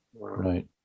Right